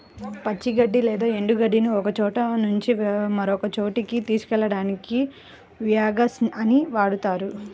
పచ్చి గడ్డి లేదా ఎండు గడ్డిని ఒకచోట నుంచి మరొక చోటుకి తీసుకెళ్ళడానికి వ్యాగన్ ని వాడుతారు